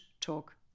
talk